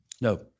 No